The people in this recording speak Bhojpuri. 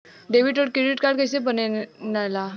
डेबिट और क्रेडिट कार्ड कईसे बने ने ला?